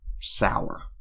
sour